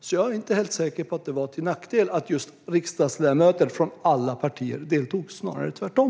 Jag är därför inte helt säker på att det var en nackdel att just riksdagsledamöter från alla partier deltog - snarare tvärtom.